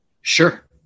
Sure